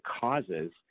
causes